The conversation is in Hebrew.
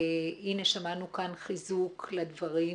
שמענו כאן חיזוק לדברים,